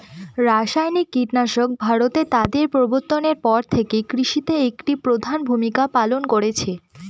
রাসায়নিক কীটনাশক ভারতে তাদের প্রবর্তনের পর থেকে কৃষিতে একটি প্রধান ভূমিকা পালন করেছে